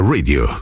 Radio